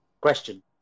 Question